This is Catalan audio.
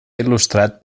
il·lustrat